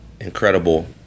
incredible